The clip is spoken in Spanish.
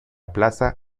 plaza